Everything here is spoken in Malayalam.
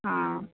ആ